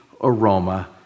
aroma